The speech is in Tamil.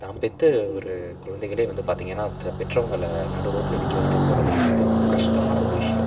தான் பெற்ற ஒரு கொழந்தைகளே வந்து பார்த்திங்கன்னா பெற்றவங்களை நடுரோட்டில் நிற்க வைச்சிட்டு போறதுங்கிறது ரொம்ப கஷ்டமான ஒரு விஷயம்